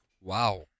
Wow